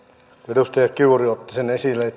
edustaja kiuru otti sen esille